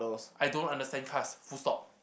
I don't understand cars full stop